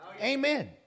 Amen